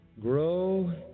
Grow